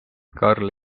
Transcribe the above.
karl